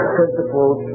principles